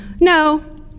no